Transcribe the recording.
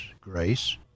grace